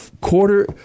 quarter –